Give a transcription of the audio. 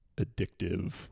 addictive